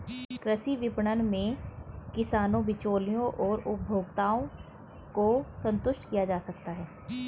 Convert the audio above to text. कृषि विपणन में किसानों, बिचौलियों और उपभोक्ताओं को संतुष्ट किया जा सकता है